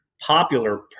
popular